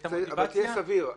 אבל תהיה סביר.